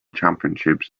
championships